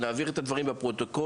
ונעביר את הדברים בפרוטוקול,